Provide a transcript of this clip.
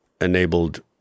enabled